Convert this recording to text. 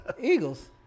Eagles